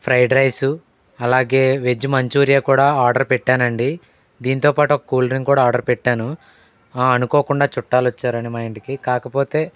fried rice అలాగే veg manchuria కూడా order పెట్టానండి దీంతో పాటు ఒక కూల్ డ్రింక్ కూడా ఆర్డర్ పెట్టాను ఆ అనుకోకుండా చుట్టాలొచ్చారని మా ఇంటికి కాకపోతే